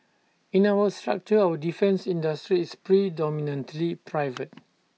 in our structure our defence industry is predominantly private